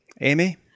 Amy